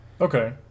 Okay